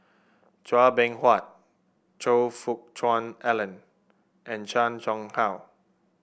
Chua Beng Huat Choe Fook Cheong Alan and Chan Chang How